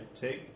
take